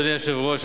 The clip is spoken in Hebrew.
אדוני היושב-ראש,